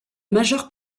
majeure